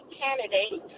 candidate